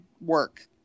work